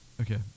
Okay